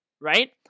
right